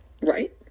Right